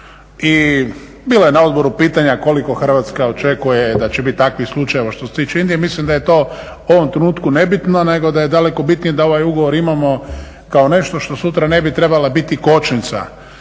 i bilo je na odboru pitanja koliko Hrvatska očekuje da će biti takvih slučajeva što se tiče Indije, mislim da je to u ovom trenutku nebitno nego da je daleko bitnije da ovaj ugovor imamo kao nešto što sutra ne bi trebala biti kočnica